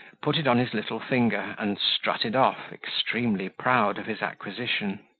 put it on his little finger, and strutted off, extremely proud of his acquisition.